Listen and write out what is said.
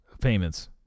payments